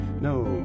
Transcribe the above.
No